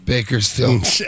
Bakersfield